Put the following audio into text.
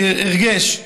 הרגשה.